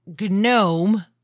GNOME